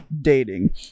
dating